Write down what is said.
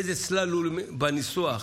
איזה סלאלום בניסוח,